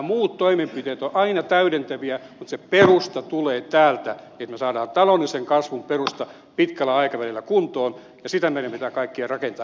muut toimenpiteet ovat aina täydentäviä mutta perusta tulee siitä että me saamme taloudellisen kasvun perustan pitkällä aikavälillä kuntoon ja sitä meidän pitää kaikkien rakentaa